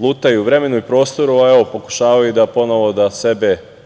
lutaju u vremenu i prostoru, a pokušavaju ponovo da sebe